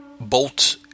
Bolt